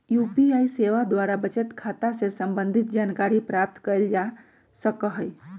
UPI सेवा द्वारा बचत खता से संबंधित जानकारी प्राप्त कएल जा सकहइ